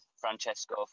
francesco